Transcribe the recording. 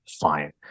Fine